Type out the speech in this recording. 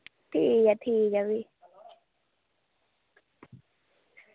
ठीक ऐ ठीक ऐ फ्ही